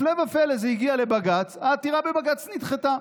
הפלא ופלא, זה הגיע לבג"ץ, העתירה בבג"ץ נדחתה.